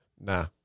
nah